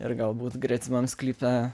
ir galbūt gretimam sklype